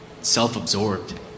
self-absorbed